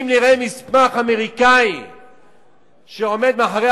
אם נראה מסמך אמריקני שעומד מאחורי